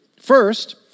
First